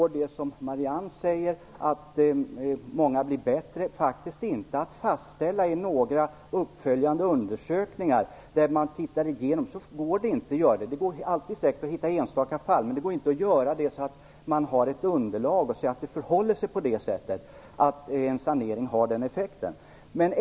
Man säger att det inte i dag går att i några uppföljande undersökningar fastställa det faktum att många blir bättre, som Marianne Andersson säger. Det går säkert att hitta enstaka fall, men man kan inte få ett underlag för att bevisa att det förhåller sig så att en sanering har den effekten.